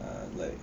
err like